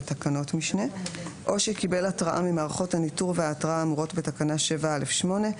או שקיבל התרעה ממערכות הניטור וההתרעה האמורות בתקנה 7(א)(8),